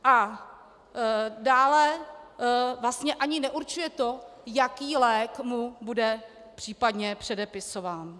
A dále vlastně ani neurčuje to, jaký lék mu bude případně předepisován.